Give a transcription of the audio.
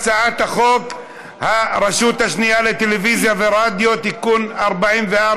הצעת חוק הרשות השנייה לטלוויזיה ורדיו (תיקון מס' 44)